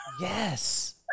Yes